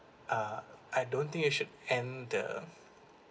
uh I don't think you should end the